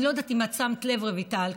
רויטל,